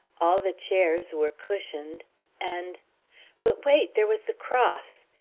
all the chairs were cushioned and but wait! there was the cross!